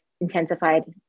intensified